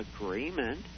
agreement